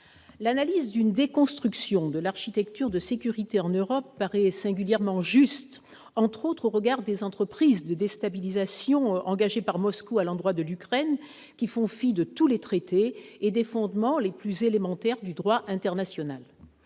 L'analyse de la « déconstruction de l'architecture de sécurité en Europe » paraît singulièrement juste, au regard notamment des entreprises de déstabilisation engagées par Moscou à l'endroit de l'Ukraine, qui font fi de tous les traités et des fondements les plus élémentaires du droit international.